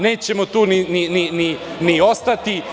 Nećemo tu ni ostati.